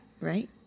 Right